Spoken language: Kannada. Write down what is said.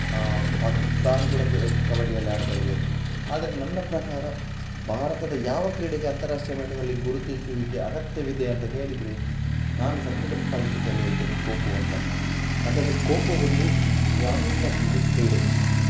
ಪಾಕಿಸ್ತಾನ್ ಕೂಡ ಕಬಡ್ಡಿಯಲ್ಲಿ ಆಡ್ತಾ ಇದೆ ಆದರೆ ನನ್ನ ಪ್ರಕಾರ ಭಾರತದ ಯಾವ ಕ್ರೀಡೆಗೆ ಅಂತಾರಾಷ್ಟ್ರೀಯ ಮಟ್ಟದಲ್ಲಿ ಗುರುತಿಸುವಿಕೆ ಅಗತ್ಯವಿದೆ ಅಂತ ಕೇಳಿದರೆ ನಾನು ಸದ್ಯದ ಪರಿಸ್ಥಿತಿಯಲ್ಲಿ ಹೇಳ್ತೇನೆ ಖೋ ಖೋ ಅಂತ ಯಾಕೆಂದರೆ ಖೋ ಖೋ ಒಂದು ಗ್ರಾಮೀಣ ಕೀಡೆ ಕ್ರೀಡೆ